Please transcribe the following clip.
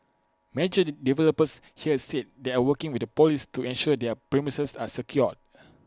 major developers here said they are working with the Police to ensure their premises are secure